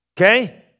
okay